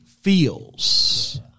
feels